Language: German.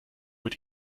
mit